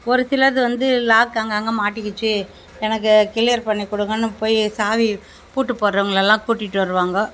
ஒரு சிலது வந்து லாக் அங்கங்கே மாட்டிக்கிச்சு எனக்கு கிளியர் பண்ணி கொடுங்கன்னு போய் சாவி பூட்டு போடுகிறவங்களயெல்லாம் கூட்டிகிட்டு வருவாங்க